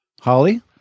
Holly